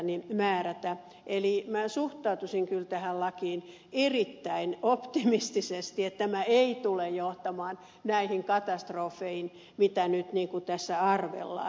eli minä suhtautuisin kyllä tähän lakiin erittäin optimistisesti että tämä ei tule johtamaan näihin katastrofeihin mitä nyt tässä arvellaan